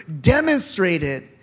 demonstrated